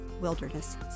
wilderness